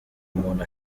umuntu